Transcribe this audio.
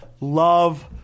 Love